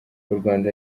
urwanda